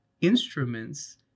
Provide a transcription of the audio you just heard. instruments